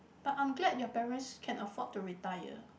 but I'm glad your parents can afford to retire